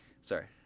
sorry